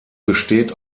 besteht